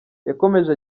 yakomeje